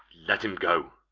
let him go.